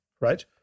right